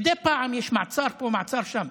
מדי פעם יש מעצר פה, מעצר שם.